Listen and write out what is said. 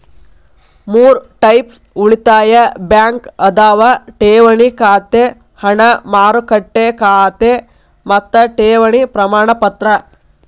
ಮೂರ್ ಟೈಪ್ಸ್ ಉಳಿತಾಯ ಬ್ಯಾಂಕ್ ಅದಾವ ಠೇವಣಿ ಖಾತೆ ಹಣ ಮಾರುಕಟ್ಟೆ ಖಾತೆ ಮತ್ತ ಠೇವಣಿ ಪ್ರಮಾಣಪತ್ರ